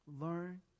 Learn